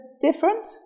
different